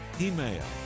email